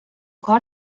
کار